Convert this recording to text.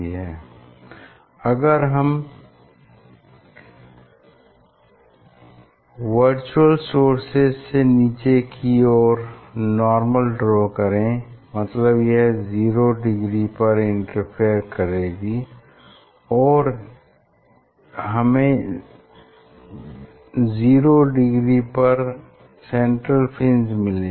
हम अगर virtual sources से नीचे की ओर नार्मल ड्रा करें मतलब यह जीरो डिग्री पर इंटरफेयर करेंगी और हमें हमें जीरो डिग्री पर सेंट्रल फ्रिंज मिलेगी